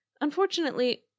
Unfortunately